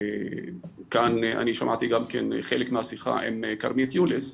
כאן אני שמעתי גם כן חלק מהשיחה עם כרמית יולס,